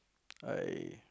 I